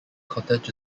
cottage